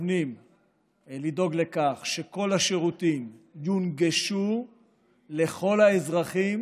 מתכוונים לדאוג לכך שכל השירותים יונגשו לכל האזרחים